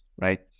right